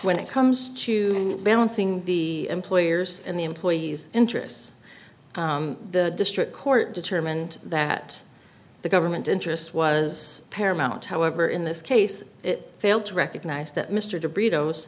when it comes to balancing the employers and the employee's interests the district court determined that the government interest was paramount however in this case it failed to recognize that mr de br